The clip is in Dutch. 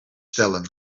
stellen